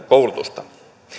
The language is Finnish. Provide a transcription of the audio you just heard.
koulutusta